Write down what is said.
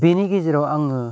बिनि गेजेराव आङो